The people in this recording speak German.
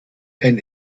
kein